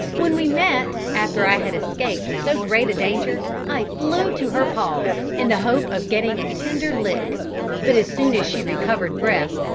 when we met, after i had escaped so great a danger, i flew to her paws, in the hope of getting a tender lick but as soon as she recovered breath,